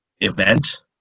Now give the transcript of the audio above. event